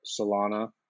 Solana